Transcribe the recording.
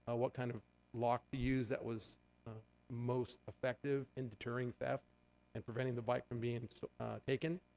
what kind of lock to use that was most effective in deterring theft and preventing the bike from being taken.